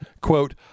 Quote